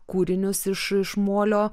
kūrinius iš iš molio